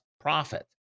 profit